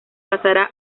pasará